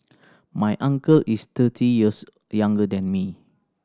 my uncle is thirty years younger than me